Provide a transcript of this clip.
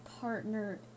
partner